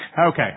Okay